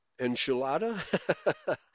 Enchilada